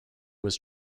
was